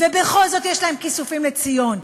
ובכל זאת יש להם כיסופים לציון.